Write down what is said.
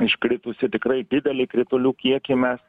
iškritusį tikrai didelį kritulių kiekį mes